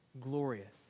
glorious